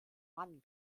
mann